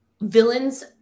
Villains